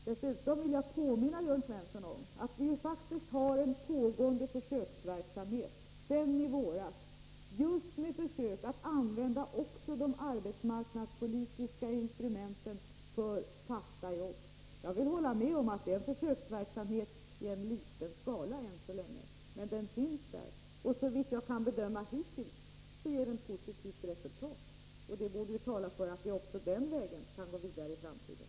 Dessutom vill jag påminna Jörn Svensson om att det sedan i våras pågår en försöksverksamhet där man försöker använda de arbetsmarknadspolitiska instrumenten för att skapa fasta jobb. Jag kan hålla med om att det än så länge är en försöksverksamhet i liten skala, men den finns där, och såvitt jag kan bedöma har den hittills gett positivt resultat. Det borde ju tala för att vi också den vägen kan gå vidare i framtiden.